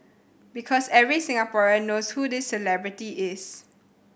because every Singaporean knows who this celebrity is